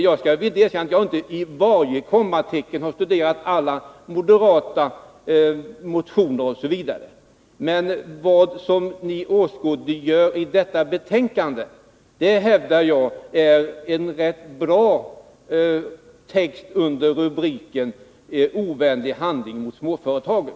Jag skall villigt erkänna att jag inte i fråga om varje kommatecken har studerat alla moderata motioner m.m. Men det ni åskådliggör i detta betänkande hävdar jag är en bra text under rubriken Ovänlig handling mot småföretagen.